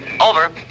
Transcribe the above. Over